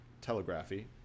telegraphy